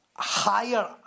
higher